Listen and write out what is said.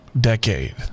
decade